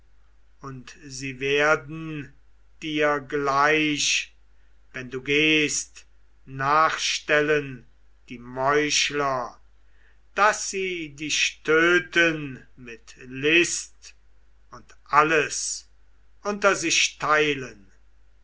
und sie werden dir gleich wenn du gehst nachstellen die meuchler daß sie dich töten mit list und alles unter sich teilen